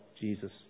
Jesus